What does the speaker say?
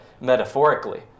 metaphorically